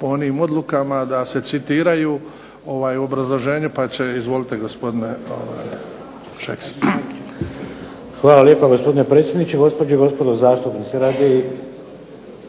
po onim odlukama da se citiraju obrazloženja. Izvolite, gospodine Šeks. **Šeks, Vladimir (HDZ)** Hvala lijepa gospodine predsjedniče, gospođe i gospodo zastupnici. Radi